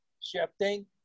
Shifting